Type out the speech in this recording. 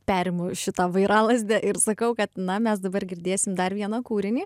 perimu šitą vairalazdę ir sakau kad na mes dabar girdėsim dar vieną kūrinį